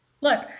Look